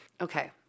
Okay